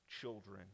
children